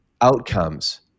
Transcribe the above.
outcomes